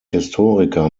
historiker